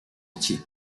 entier